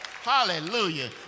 Hallelujah